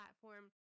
platform